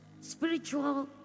spiritual